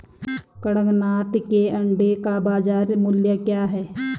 कड़कनाथ के अंडे का बाज़ार मूल्य क्या है?